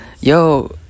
Yo